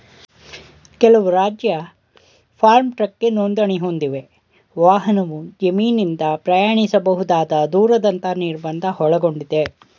ಕೆಲವು ರಾಜ್ಯ ಫಾರ್ಮ್ ಟ್ರಕ್ಗೆ ನೋಂದಣಿ ಹೊಂದಿವೆ ವಾಹನವು ಜಮೀನಿಂದ ಪ್ರಯಾಣಿಸಬಹುದಾದ ದೂರದಂತ ನಿರ್ಬಂಧ ಒಳಗೊಂಡಿದೆ